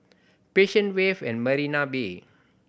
Passion Wave at Marina Bay